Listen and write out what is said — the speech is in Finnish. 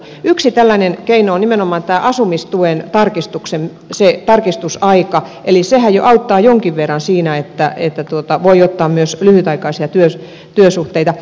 yksi tällainen keino on nimenomaan tämä asumistuen tarkistusaika eli sehän jo auttaa jonkin verran siinä että voi ottaa myös lyhytaikaisia työsuhteita